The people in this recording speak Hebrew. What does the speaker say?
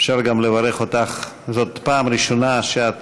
אפשר גם לברך אותך, זאת הפעם הראשונה שאת